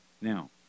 Now